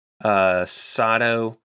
Sato